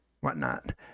whatnot